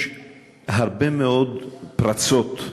יש הרבה מאוד פרצות,